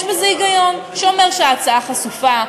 יש בזה היגיון שאומר שההצעה חשופה,